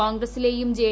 കോൺഗ്രസിലേയും J